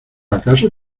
acaso